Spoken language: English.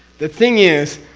the thing is,